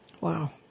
Wow